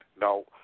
Now